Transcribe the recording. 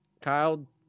kyle